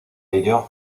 ello